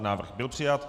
Návrh byl přijat.